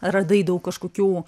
radai daug kažkokių